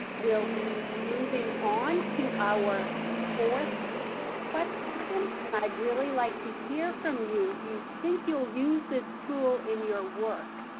will be moving on to our fourth poll question. and i'd really like to hear from you, do you think you'll use this tool in your work?